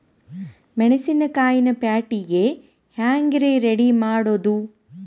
ಮೆಣಸಿನಕಾಯಿನ ಪ್ಯಾಟಿಗೆ ಹ್ಯಾಂಗ್ ರೇ ರೆಡಿಮಾಡೋದು?